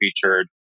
featured